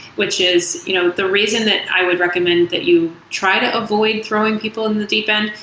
which is you know the reason that i would recommend that you try to avoid throwing people in the deep end,